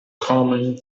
come